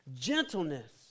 Gentleness